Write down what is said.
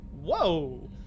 whoa